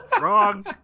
wrong